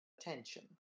attention